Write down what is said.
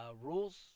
rules